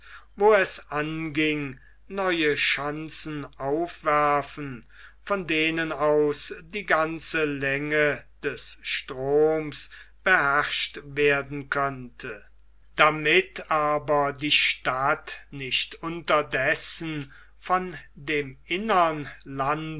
wo es anging neue schanzen aufwerfen von denen aus die ganze länge des stroms beherrscht werden könnte damit aber die stadt nicht unterdessen von dem innern lande